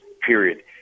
period